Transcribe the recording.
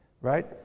right